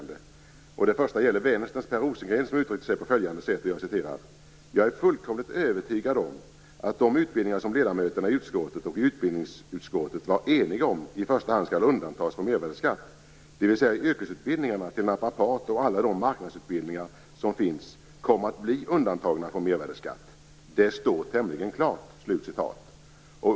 Det första gäller Vänsterns Per Rosengren som uttryckt sig på följande sätt: "Jag är fullkomligt övertygad om att de utbildningar som ledamöterna i skatteutskottet och i utbildningsutskottet var eniga om i första hand skall undantas från mervärdesskatt, dvs. yrkesutbildningarna till naprapat och alla de marknadsutbildningar som finns, kommer att bli undantagna från mervärdesskatt; det står tämligen klart."